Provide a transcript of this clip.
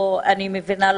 אני מבינה,